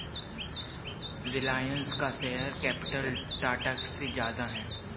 रिलायंस का share capital Tata से ज्यादा है